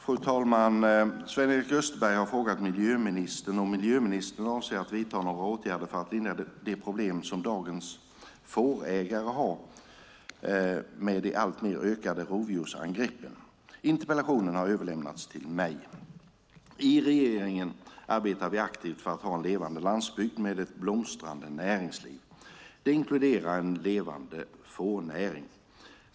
Fru talman! Sven-Erik Österberg har frågat miljöministern om miljöministern avser att vidta några åtgärder för att lindra de problem som dagens fårägare har med de alltmer ökande rovdjursangreppen. Interpellationen har överlämnats till mig. I regeringen arbetar vi aktivt för att ha en levande landsbygd med ett blomstrande näringsliv. Detta inkluderar en levande fårnäring.